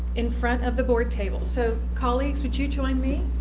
in front of the board table. so colleagues would you join me